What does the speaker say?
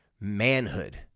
manhood